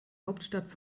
hauptstadt